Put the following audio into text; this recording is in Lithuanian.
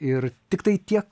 ir tiktai tiek